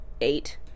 eight